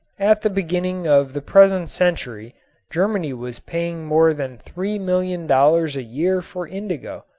at the beginning of the present century germany was paying more than three million dollars a year for indigo.